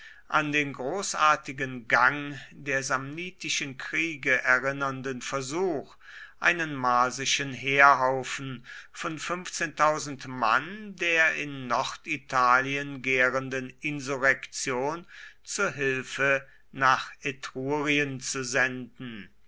an den großartigen gang der samnitischen kriege erinnernden versuch einen marsischen heerhaufen von mann der in norditalien gärenden insurrektion zu hilfe nach etrurien zu senden